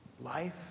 life